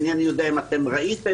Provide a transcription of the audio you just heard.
אינני יודע אם אתם ראיתם.